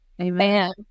Amen